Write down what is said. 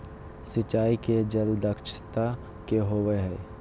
सिंचाई के जल दक्षता कि होवय हैय?